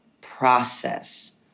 process